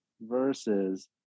versus